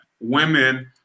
Women